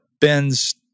Ben's